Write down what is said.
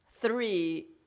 three